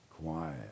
quiet